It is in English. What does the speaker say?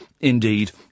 indeed